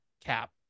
cap